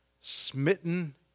smitten